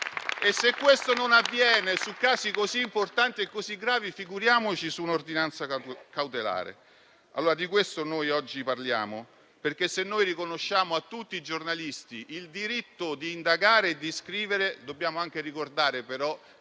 Se questo non avviene su casi così importanti e così gravi, figuriamoci su un'ordinanza cautelare. Allora di questo noi oggi parliamo, perché se noi riconosciamo a tutti i giornalisti il diritto di indagare e di scrivere, dobbiamo anche ricordare che